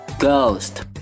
Ghost